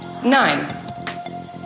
Nine